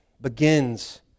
begins